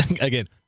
again